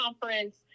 conference